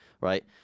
right